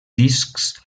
discs